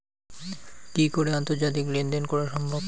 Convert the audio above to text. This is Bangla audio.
কি করে আন্তর্জাতিক লেনদেন করা সম্ভব?